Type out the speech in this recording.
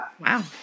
Wow